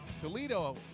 Toledo